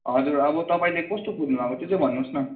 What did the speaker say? हजुर अब तपाईँले कस्तो खोज्नुभएको त्यो चाहिँ भन्नुहोस् न